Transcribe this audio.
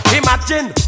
imagine